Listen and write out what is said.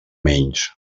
menys